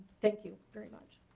thank you very much.